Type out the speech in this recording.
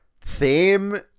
theme